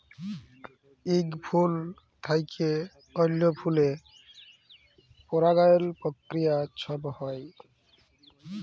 ইক ফুল থ্যাইকে অল্য ফুলে পরাগায়ল পক্রিয়া ছব হ্যয়